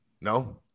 No